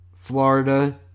Florida